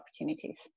opportunities